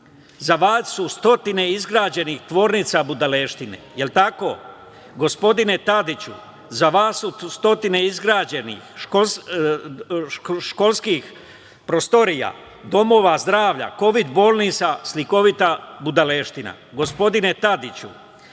za vas su stotine izgrađenih tvornica budalaština?